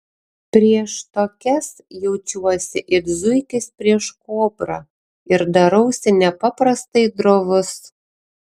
prieš tokias jaučiuosi it zuikis prieš kobrą ir darausi nepaprastai drovus